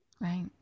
right